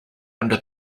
under